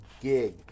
gig